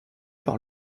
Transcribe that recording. par